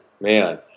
Man